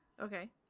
Okay